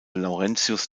laurentius